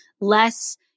less